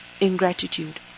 ingratitude